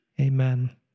amen